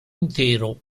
intero